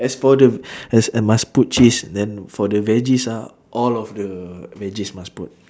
as for the as and must put cheese then for the veggies ah all of the veggies must put